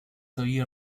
había